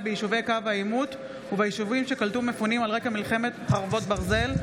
ביישובי קו העימות וביישובים שקלטו מפונים על רקע מלחמת חרבות ברזל.